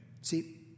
See